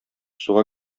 суга